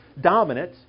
dominant